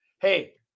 Hey